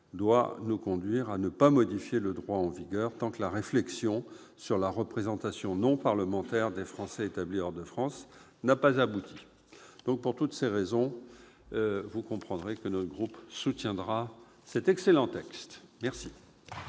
doit nous conduire à ne pas modifier le droit en vigueur tant que la réflexion sur la représentation non parlementaire des Français établis hors de France n'a pas abouti. Pour toutes ces raisons, le groupe La République En Marche soutient cet excellent texte. La